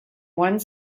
one